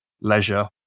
leisure